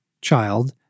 child—